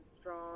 strong